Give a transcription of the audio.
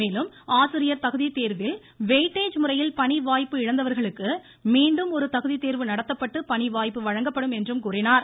மேலும் ஆசிரியர் தகுதித்தேர்வில் வெயிட்டேஜ் முறையில் பணி வாய்ப்பு இழந்தவர்களுக்கு மீண்டும் ஒரு தகுதித்தேர்வு நடத்தப்பட்டு பணி வாய்ப்பு வழங்கப்படும் என்றும் கூறினார்